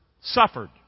Suffered